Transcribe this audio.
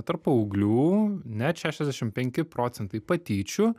tarp paauglių net šešiasdešimt penki procentai patyčių